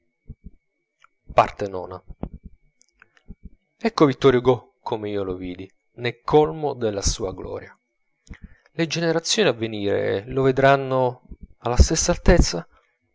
ecco vittor hugo come io lo vidi nel colmo delle sua gloria le generazioni avvenire lo vedranno alla stessa altezza